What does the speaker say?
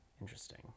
Interesting